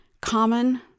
common